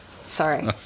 Sorry